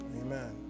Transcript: Amen